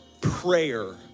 prayer